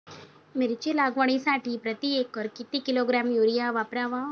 मिरची लागवडीसाठी प्रति एकर किती किलोग्रॅम युरिया वापरावा?